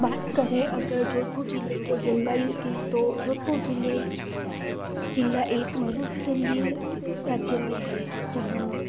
बात करें अगर जोधपुर ज़िले के जलवायु की तो जोधपुर ज़िले ज़िला एक मरुस्थलीय राज्य में है जहाँ